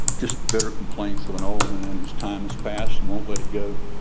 just the bitter complaints of an old man whose time is past and won't let it go,